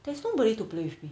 there's nobody to play with me